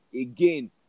again